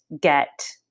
get